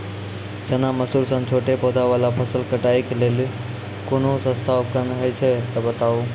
चना, मसूर सन छोट पौधा वाला फसल कटाई के लेल कूनू सस्ता उपकरण हे छै तऽ बताऊ?